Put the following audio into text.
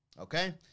Okay